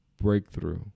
breakthrough